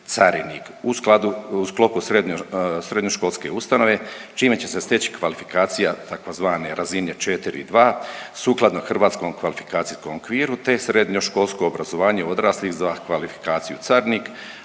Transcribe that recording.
srednjo, srednjoškolske ustanove, čime će se steći kvalifikacija tzv. razine 4.2 sukladno Hrvatskom kvalifikacijskom okviru, te srednjoškolsko obrazovanje odraslih za kvalifikaciju carinik,